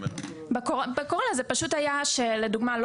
לדוגמה,